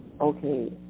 Okay